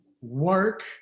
work